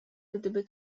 gdyby